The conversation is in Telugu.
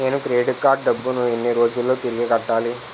నేను క్రెడిట్ కార్డ్ డబ్బును ఎన్ని రోజుల్లో తిరిగి కట్టాలి?